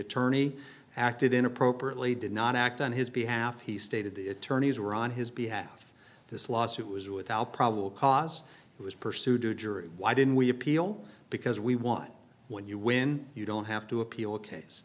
attorney acted inappropriately did not act on his behalf he stated the attorneys were on his behalf this lawsuit was without probable cause it was pursued why didn't we appeal because we want when you when you don't have to appeal a case